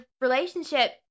relationship